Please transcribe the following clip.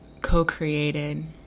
co-created